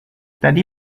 tadi